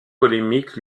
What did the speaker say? polémiques